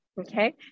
Okay